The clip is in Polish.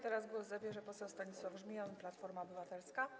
Teraz głos zabierze poseł Stanisław Żmijan, Platforma Obywatelska.